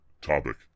topic